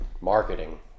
Marketing